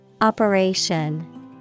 Operation